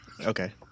Okay